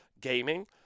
gaming